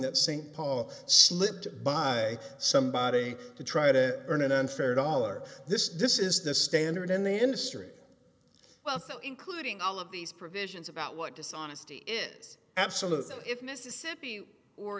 that st paul slipped by somebody to try to earn an unfair dollar this this is the standard in the industry well including all of these provisions about what dishonesty is absolute that if mississippi